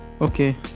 Okay